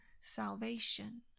salvation